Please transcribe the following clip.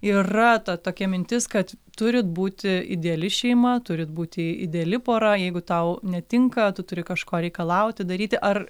yra ta tokia mintis kad turit būti ideali šeima turit būti ideali pora jeigu tau netinka tu turi kažko reikalauti daryti ar